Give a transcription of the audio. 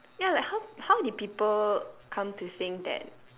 ya like how how did people come to think that